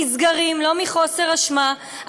נסגרים לא מחוסר אשמה.